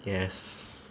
yes